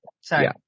Sorry